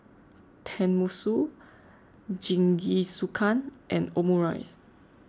Tenmusu Jingisukan and Omurice